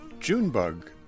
Junebug